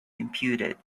computed